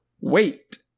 Wait